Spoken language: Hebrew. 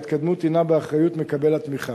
ההתקדמות הינה באחריות מקבל התמיכה.